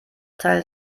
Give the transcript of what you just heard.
teil